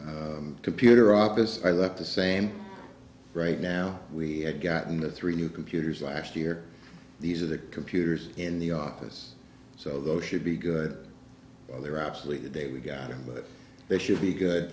computer office i look the same right now we have gotten the three new computers last year these are the computers in the office so those should be good they're obsolete the day we got in but they should be good